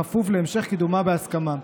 בכפוף להמשך קידומה בהסכמה.